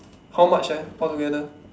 how much ah altogether